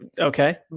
Okay